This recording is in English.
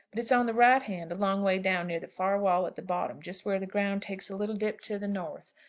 but it's on the right hand, a long way down, near the far wall at the bottom, just where the ground takes a little dip to the north.